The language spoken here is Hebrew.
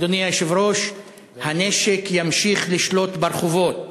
אדוני היושב-ראש, הנשק ימשיך לשלוט ברחובות